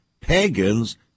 pagans